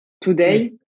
today